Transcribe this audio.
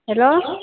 hello